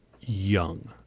young